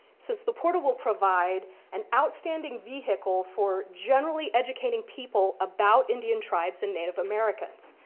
since the portal will provide an outstanding vehicle for generally educating people about indian tribes and native americans.